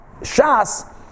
Shas